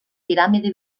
piràmide